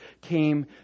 came